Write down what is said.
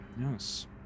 Yes